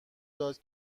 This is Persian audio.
داد